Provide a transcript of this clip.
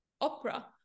opera